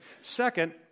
Second